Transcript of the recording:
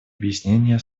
объяснение